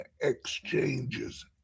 exchanges